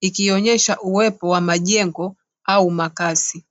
ikionyesha uwepo wa majengo au makazi.